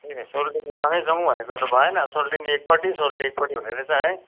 त्यही त सोल्टिनीसँगै जाऔँ भनेको त भएन सोल्टिनी एकपट्टि सोल्टी एकपट्टि हुने रहेछ है